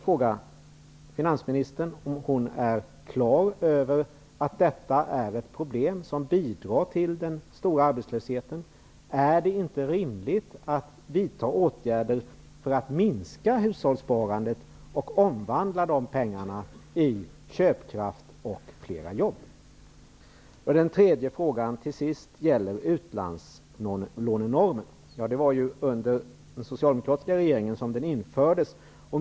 Är finansministern klar över att detta är ett problem som bidrar till den stora arbetslösheten? Är det inte rimligt att vidta åtgärder för att minska hushållssparandet och omvandla de pengarna i köpkraft och fler jobb? Min tredje fråga gäller utlandslånenormen. Det var under den socialdemokratiska regeringen som detta infördes.